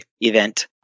event